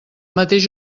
mateix